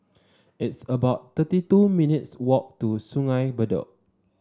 it's about thirty two minutes' walk to Sungei Bedok